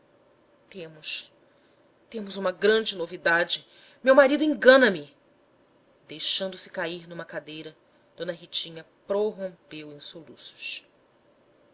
temos temos uma grande novidade meu marido engana me e deixando-se cair numa cadeira d ritinha prorrompeu em soluços